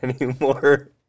anymore